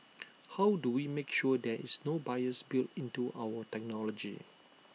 how do we make sure there is no bias built into our technology